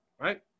right